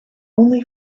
only